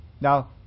Now